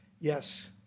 Yes